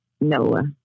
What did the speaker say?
Noah